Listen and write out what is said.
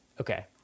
Okay